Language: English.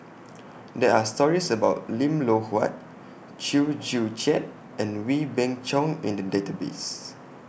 There Are stories about Lim Loh Huat Chew Joo Chiat and Wee Beng Chong in The Database